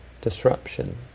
disruption